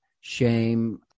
shame